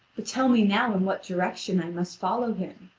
but tell me now in what direction i must follow him.